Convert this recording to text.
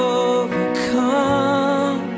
overcome